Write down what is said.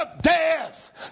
death